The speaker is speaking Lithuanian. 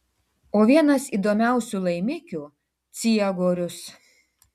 o vienas įdomiausių laimikių ciegorius